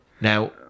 Now